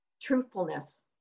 truthfulness